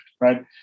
right